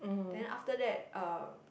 then after that uh